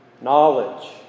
knowledge